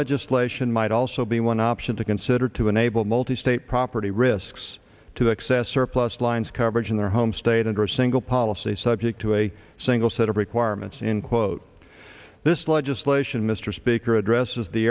legislation might also be one option to consider to enable multi state property risks to access surplus lines coverage in their home state under a single policy subject to a single set of requirements in quote this legislation mr speaker addresses the